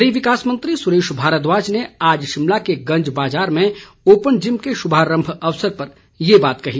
शहरी विकास मंत्री सुरेश भारद्वाज ने आज शिमला के गंज बाजार में ओपन जिम के शुभारम्भ अवसर पर ये बात कही